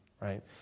right